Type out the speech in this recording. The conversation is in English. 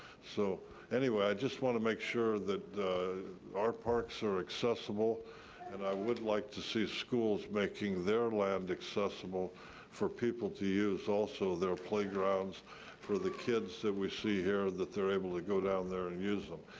so anyway, i just want to make sure that our parks are accessible and i would like to see schools making their land accessible for people to use, also their playgrounds for the kids that we see here, that they're able to go down there and use them.